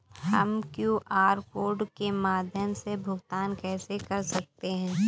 हम QR code के माध्यम से भुगतान कैसे कर सकते हैं?